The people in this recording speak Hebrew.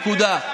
נקודה.